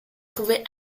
trouvée